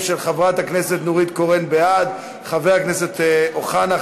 ובכן, 43 בעד, אין מתנגדים.